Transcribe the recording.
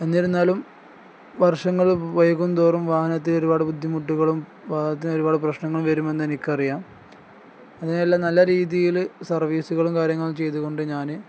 എന്നിരുന്നാലും വർഷങ്ങൾ വൈകും തോറും വാഹനത്തിൽ ഒരുപാട് ബുദ്ധിമുട്ടുകളും വാഹനത്തിന് ഒരുപാട് പ്രശ്നങ്ങളും വരുമെന്ന് എനിക്കറിയാം അതിനെല്ലാം നല്ല രീതിയിൽ സർവീസുകളും കാര്യങ്ങളും ചെയ്തുകൊണ്ട് ഞാൻ